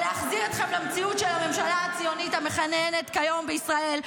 ולהחזיר אתכם למציאות של הממשלה הציונית המכהנת כיום בישראל,